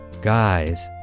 Guys